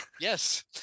Yes